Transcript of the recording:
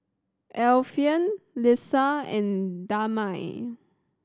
Alfian Lisa and Damia